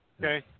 Okay